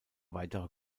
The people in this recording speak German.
weitere